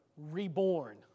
reborn